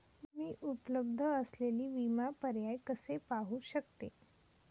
मी उपलब्ध असलेले विमा पर्याय कसे पाहू शकते?